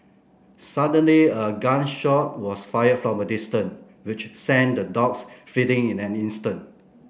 suddenly a gun shot was fired from a distance which sent the dogs fleeing in an instant